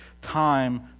time